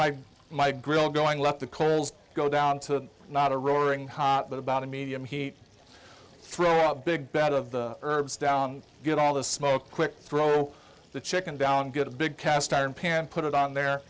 my my grill going let the coals go down to not a roaring hot but about a medium heat throw a big bet of the herbs down get all the smoke quick throw the chicken down get a big cast iron pan put it on their